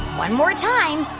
one more time.